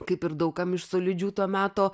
kaip ir daug kam iš solidžių to meto